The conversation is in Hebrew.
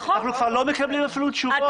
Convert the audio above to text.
אנחנו כבר לא מקבלים אפילו תשובות.